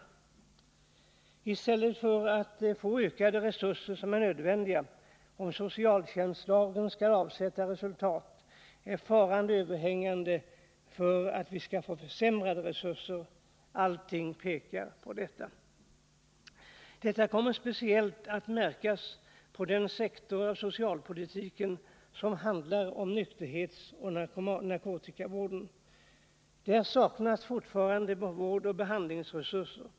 Faran är överhängande för att vi i stället för att få de ökade resurser som är nödvändiga, om socialtjänstlagen skall avsätta resultat, får försämrade resurser, och allting pekar på det. Detta kommer att märkas speciellt när det gäller den sektor av socialpolitiken som handhar nykterhetsoch narkotikavården. Där saknas fortfarande vårdoch behandlingsresurser.